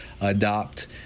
adopt